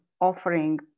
offering